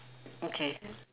okay